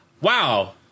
wow